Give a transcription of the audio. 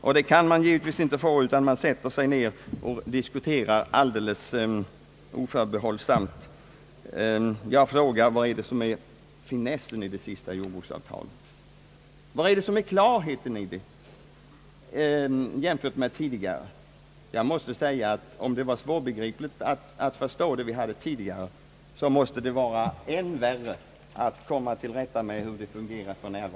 Det är enligt hans mening inte möjligt därest man inte sätter sig ned och diskuterar alldeles förutsättningslöst. Jag frågar: Vad är finessen i det senaste jordbruksavtalet, var ligger klarheten i avtalet jämfört med tidigare avtal? Jag tror att om det varit svårt att förstå de avtal vi tidigare haft måste det vara än värre att komma till rätta med det vi nu har att fastställa.